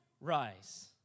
rise